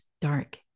dark